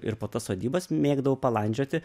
ir po tas sodybas mėgdavau palandžioti